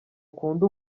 ukunde